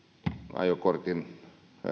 ajokortin